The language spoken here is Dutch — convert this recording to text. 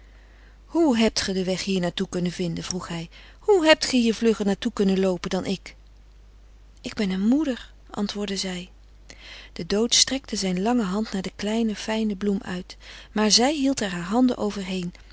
hoe hebt ge den weg hier naar toe kunnen vinden vroeg hij hoe hebt ge hier vlugger naar toe kunnen loopen dan ik ik ben een moeder antwoordde zij de dood strekte zijn lange hand naar de kleine fijne bloem uit maar zij hield er haar handen overheen